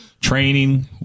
Training